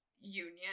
union